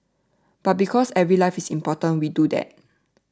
but because every life is important we do that